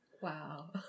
wow